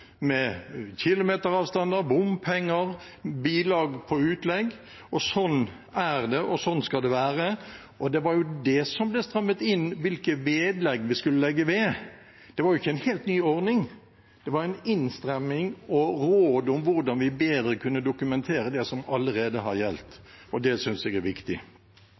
med kilometeravstander, bompenger og bilag for utlegg. Sånn er det, og sånn skal det være. Det var det som ble strammet inn, hvilke vedlegg vi skulle legge ved. Det var jo ikke en helt ny ordning. Det var en innstramming og råd om hvordan vi bedre kunne dokumentere det som allerede har gjeldt. Det synes jeg er viktig.